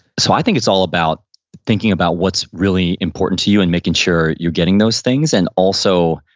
so i think it's all about thinking about what's really important to you and making sure you're getting those things. and also,